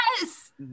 Yes